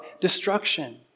destruction